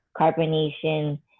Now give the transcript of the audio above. carbonation